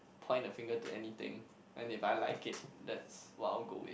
point a finger to anything and they very like it that's well going